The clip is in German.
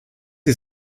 sie